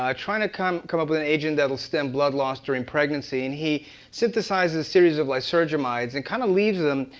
um trying to come come up with an agent that will stem blood loss during pregnancy. and he synthesized a series of lysergamide and kind of leaves them.